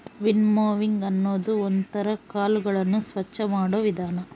winnowing ಅನ್ನೋದು ಒಂದ್ ತರ ಕಾಳುಗಳನ್ನು ಸ್ವಚ್ಚ ಮಾಡೋ ವಿಧಾನ